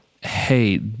hey